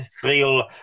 thrill